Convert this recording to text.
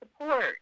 support